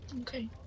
Okay